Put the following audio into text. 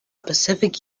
pacific